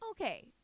Okay